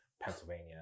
Pennsylvania